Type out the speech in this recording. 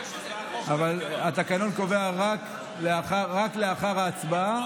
אבל התקנון קובע רק לאחר ההצבעה,